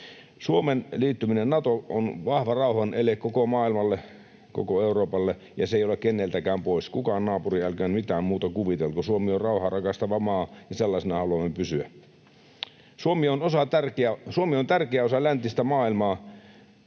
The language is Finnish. Suomen liittyminen Natoon on vahva rauhan ele koko maailmalle, koko Euroopalle, ja se ei ole keneltäkään pois. Kukaan naapuri älköön mitään muuta kuvitelko. Suomi on rauhaa rakastava maa, ja sellaisena haluamme pysyä. Suomi on tärkeä osa läntistä maailmaa.